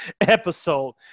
episode